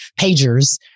Pagers